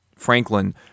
Franklin